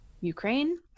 Ukraine